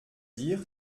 dire